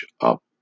up